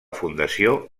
fundació